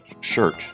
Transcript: shirt